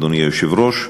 אדוני היושב-ראש,